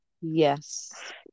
Yes